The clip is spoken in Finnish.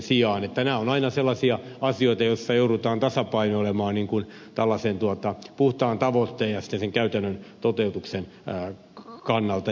nämä ovat aina sellaisia asioita joissa joudutaan tasapainoilemaan tällaisen puhtaan tavoitteen ja sitten sen käytännön toteutuksen kannalta